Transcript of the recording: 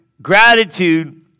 Gratitude